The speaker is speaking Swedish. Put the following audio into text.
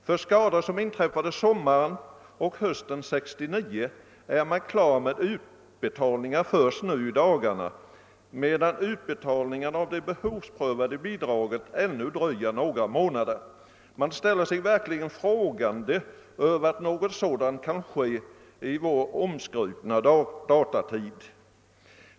För skador som inträffade under sommaren och hösten 1969 har man blivit färdig med utbetalningarna först nu i dagarna, medan utbetalningen av de behovsprövade bidragen dröjer ännu några månader. Man ställer sig verkligen undrande över att något så dant kan ske i vår omskrutna datatid.